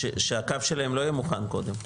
שהקו שלהם לא יהיה מוכן קודם.